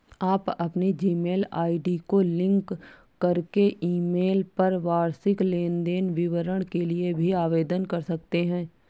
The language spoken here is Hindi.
आप अपनी जीमेल आई.डी को लिंक करके ईमेल पर वार्षिक लेन देन विवरण के लिए भी आवेदन कर सकते हैं